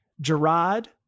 gerard